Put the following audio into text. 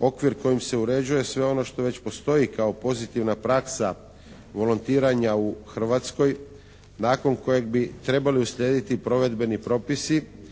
okvir kojim se uređuje sve ono što već postoji kao pozitivna praksa volontiranja u Hrvatskoj nakon kojeg bi trebali uslijediti provedbeni propisi